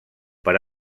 per